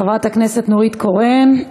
חברת הכנסת נורית קורן,